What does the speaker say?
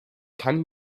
kann